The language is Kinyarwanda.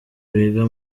wiga